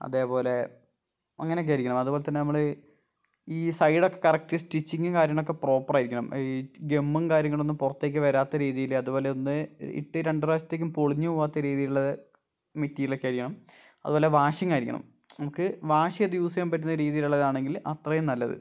അതേപോലെ അങ്ങനെ ഒക്കെ ആയിരിക്കണം അതേപോലെ തന്നെ നമ്മള് ഈ സൈഡൊക്കെ കറക്റ്റ് സ്റ്റിച്ചിങ്ങും കാര്യങ്ങളൊക്കെ പ്രോപ്പറായിരിക്കണം ഈ ഗെമ്മും കാര്യങ്ങളൊന്നും പുറത്തേക്ക് വരാത്ത രീതിയിൽ അതുപോലൊന്ന് ഇട്ട് രണ്ട് പ്രാവശ്യത്തേക്ക് പൊളിഞ്ഞ് പോവാത്ത രീതിയിലുള്ള മെറ്റീരിയാലൊക്കെ ആയിരിക്കണം അതുപോലെ വാഷിങ്ങായിരിക്കണം നമുക്ക് വാഷ് ചെയ്ത് യൂസ് ചെയ്യാൻ പറ്റുന്ന രീതിയിൽ ഉള്ളതാണെങ്കിൽ അത്രയും നല്ലത്